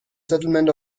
settlement